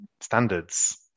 standards